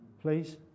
please